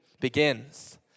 begins